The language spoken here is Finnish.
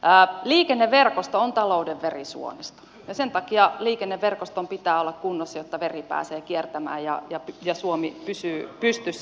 liikenneverkosto on talouden verisuonisto ja sen takia liikenneverkoston pitää olla kunnossa jotta veri pääsee kiertämään ja suomi pysyy pystyssä